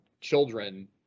children